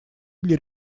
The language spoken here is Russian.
для